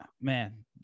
Man